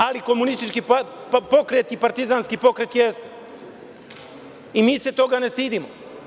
Ali, komunistički pokret i partizanski pokret je i mi se toga ne stidimo.